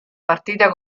partita